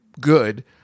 good